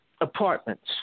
apartments